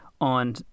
on